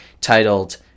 titled